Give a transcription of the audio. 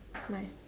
bye